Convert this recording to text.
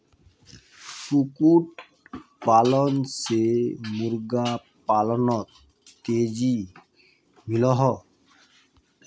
कुक्कुट पालन से मुर्गा पालानोत तेज़ी मिलोहो